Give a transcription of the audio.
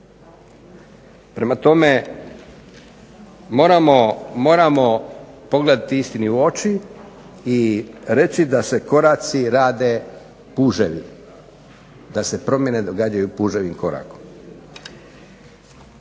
Prema tome, moramo pogledati istini u oči, i reći da se koraci rade puževi, da se promjene događaju puževim korakom.